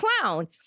clown